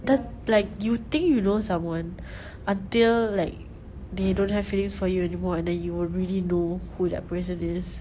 the~ like you think you know someone until like they don't have feelings for you anymore and then you will really know who that person is